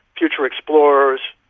future explorers,